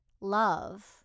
love